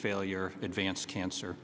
failure advanced cancer